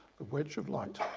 the wedge of light.